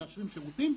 הם מאשרים שירותים.